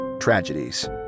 Tragedies